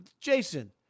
Jason